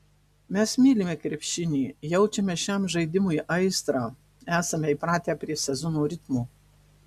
mes mylime krepšinį jaučiame šiam žaidimui aistrą esame įpratę prie sezono ritmo